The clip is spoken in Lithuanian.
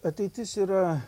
ateitis yra